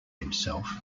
himself